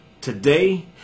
Today